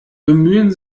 bemühen